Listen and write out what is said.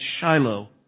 Shiloh